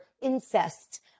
incest